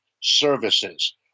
services